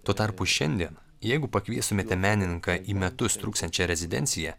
tuo tarpu šiandien jeigu pakviestumėte menininką į metus truksiančią rezidenciją